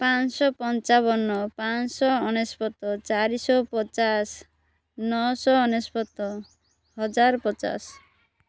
ପାଞ୍ଚଶହ ପଞ୍ଚାବନ ପାଞ୍ଚଶହ ଅନେଶତ ଚାରିଶହ ପଚାଶ ନଅଶହ ଅନେଶତ ହଜାର ପଚାଶ